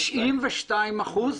92 אחוזים.